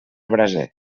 braser